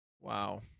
Wow